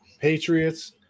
Patriots